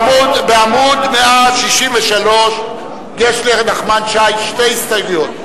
בעמוד 163 יש לנחמן שי שתי הסתייגויות,